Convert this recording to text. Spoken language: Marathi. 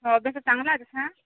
हो अभ्यासात चांगला आहे तसा